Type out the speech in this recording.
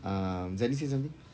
um zaini say something